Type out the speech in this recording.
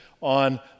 on